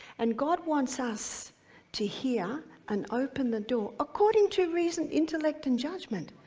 and god wants us to hear and open the door according to reason, intellect, and judgment,